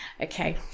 okay